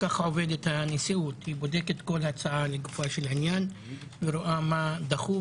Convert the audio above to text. כך עובדת הנשיאות בודקת כל הצעה לגופו של עניין ורואה מה דחוף,